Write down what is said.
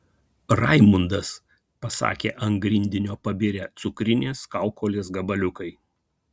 raimundas pasakė ant grindinio pabirę cukrines kaukolės gabaliukai